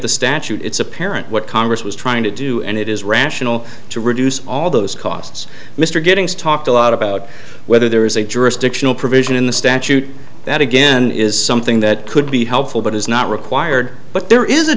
the statute it's apparent what congress was trying to do and it is rational to reduce all those costs mr giddings talked a lot about whether there is a drug addiction provision in the statute that again is something that could be helpful but is not required but there is a